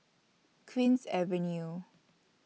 Queen's Avenue